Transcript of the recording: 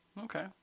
okay